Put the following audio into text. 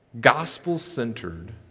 gospel-centered